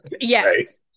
Yes